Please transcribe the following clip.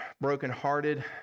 brokenhearted